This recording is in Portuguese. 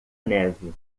neve